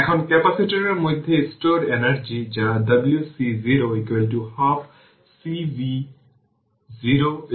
এখন ক্যাপাসিটরের মধ্যে স্টোরড এনার্জি যা w c 0 half C v0 2 আছে